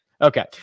Okay